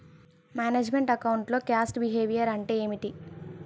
Manage meant account లో cost behaviour అంటే ఏమిటి?